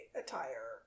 attire